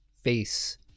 face